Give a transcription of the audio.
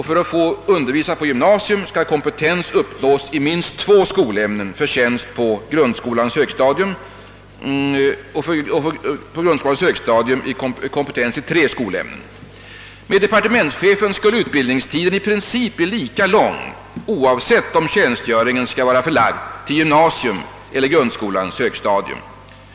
För undervisning på gymnasium skall kompetens uppnås i minst två skolämnen och för tjänst på grundskolans högstadium i minst tre skolämnen. Enligt departementschefen skall utbildningstiden i princip bli lika lång, oavsett om tjänstgöringen är förlagd till gymnasium eller grundskolans högstadium.